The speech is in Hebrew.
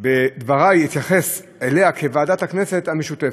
בדברי אתייחס אליה כוועדת הכנסת המשותפת: